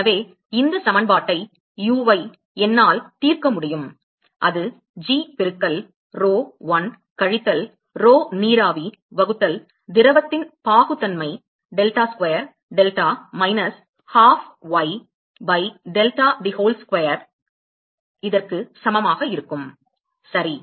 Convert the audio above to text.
எனவே இந்த சமன்பாட்டை uy என்னால் தீர்க்க முடியும் அது g பெருக்கல் rho l கழித்தல் rho நீராவி வகுத்தல் திரவத்தின் பாகுத்தன்மை டெல்டா ஸ்கொயர் டெல்டா மைனஸ் ஹாஇப் y by delta the whole square இக்கு சமம் சரி